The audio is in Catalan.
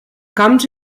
camps